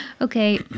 Okay